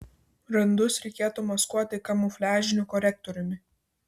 randus reikėtų maskuoti kamufliažiniu korektoriumi